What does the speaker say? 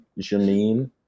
Janine